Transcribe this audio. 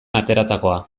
ateratakoa